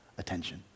Attention